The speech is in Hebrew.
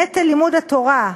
נטל לימוד התורה,